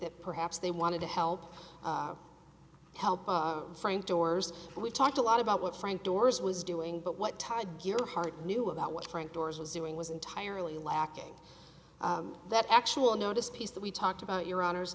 that perhaps they wanted to help help frame doors we talked a lot about what frank doors was doing but what tied your heart knew about what frank doors was doing was entirely lacking that actual notice piece that we talked about your hono